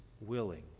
willing